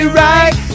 right